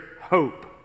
hope